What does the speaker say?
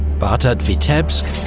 but at vitebsk,